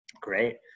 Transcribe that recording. Great